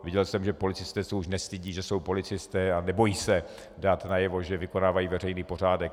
Viděl jsem, že policisté se už nestydí, že jsou policisté, a nebojí se dát najevo, že vykonávají veřejný pořádek.